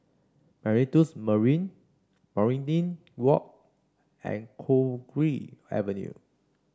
Meritus Mandarin Waringin Walk and Cowdray Avenue